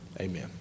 Amen